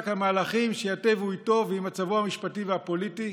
את המהלכים שייטיבו איתו ועם מצבו המשפטי והפוליטי?